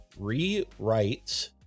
rewrites